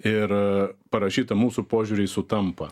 ir parašyta mūsų požiūriai sutampa